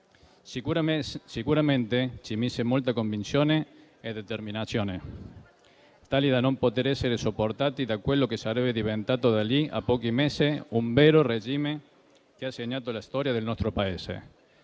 Sicuramente ci mise molta convinzione e determinazione, tali da non poter essere sopportati da quello che sarebbe diventato, da lì a pochi mesi, un vero regime che ha segnato la storia del nostro Paese.